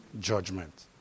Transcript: judgment